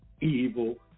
evil